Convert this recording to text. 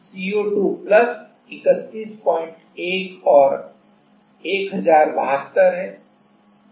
CO2 plus 311 और 1072 है